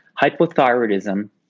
hypothyroidism